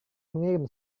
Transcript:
mengirim